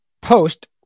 post